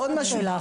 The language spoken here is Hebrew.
עוד דבר קטן,